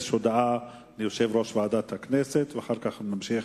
הודעה ליושב-ראש ועדת הכנסת, ואחר כך נמשיך